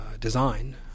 design